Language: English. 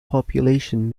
population